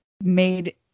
made